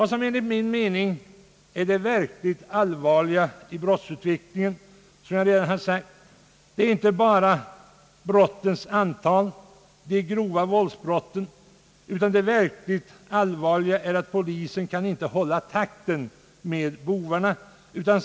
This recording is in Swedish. Det verkligt allvarliga i brottsutvecklingen är enligt min mening, såsom jag redan framhållit, inte bara brottens antal och frekvensen av de grova våldsbrotten, utan det är att polisen inte kan hålla takten med brottsligheten.